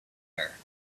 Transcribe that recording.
fire